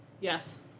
Yes